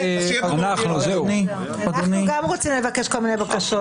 אנחנו גם רוצים לבקש כל מיני בקשות.